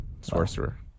Sorcerer